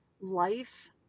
life